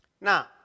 now